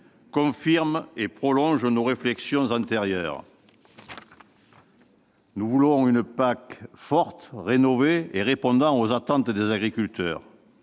confirme et prolonge nos réflexions antérieures. Nous voulons une PAC forte, rénovée et répondant aux attentes des agriculteurs.